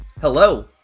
Hello